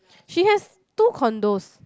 she has two condos